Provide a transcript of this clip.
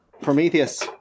Prometheus